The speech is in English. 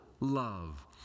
love